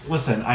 Listen